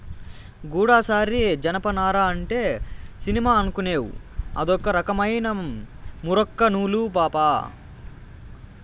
గూడసారి జనపనార అంటే సినిమా అనుకునేవ్ అదొక రకమైన మూరొక్క నూలు పాపా